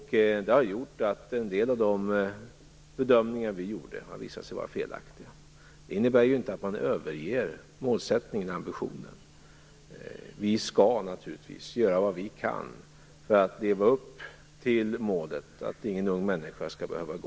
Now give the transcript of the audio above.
Det har medfört att en del av de bedömningar som vi gjorde har visat sig vara felaktiga. Det innebär ju inte att man överger målsättningar och ambitioner. Vi skall naturligtvis göra vad vi kan för att leva upp till vår målsättning.